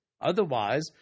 Otherwise